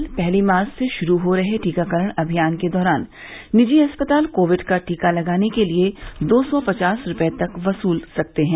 कल पहली मार्च से शुरू हो रहे टीकाकरण अभियान के दौरान निजी अस्पताल कोविड का टीका लगाने के लिए दो सौ पचास रुपये तक वसूल सकते हैं